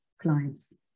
clients